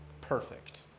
Perfect